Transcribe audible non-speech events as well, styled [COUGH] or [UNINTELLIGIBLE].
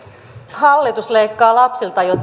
hallitus leikkaa lapsilta jo [UNINTELLIGIBLE]